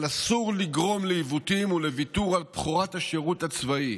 אבל אסור לגרום לעיוותים ולוויתור על בכורת השירות הצבאי,